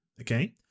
okay